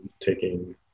taking